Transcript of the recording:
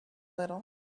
little